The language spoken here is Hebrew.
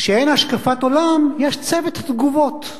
כשאין השקפת עולם יש צוות תגובות.